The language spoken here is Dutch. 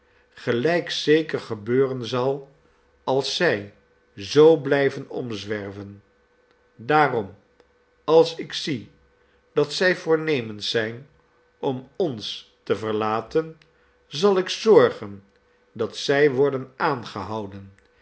gelijk zeker gebeuren zal als zij zoo blijven om zwerven daarom als ik zie dat zij voornemens zijn om ons te verlaten zal ik zorgen dat zij worden aangehouden